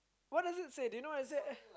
what does it say do you what it say